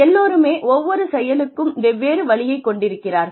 எல்லோருமே ஒவ்வொரு செயலுக்கும் வெவ்வேறு வழியை கொண்டிருக்கிறார்கள்